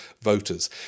voters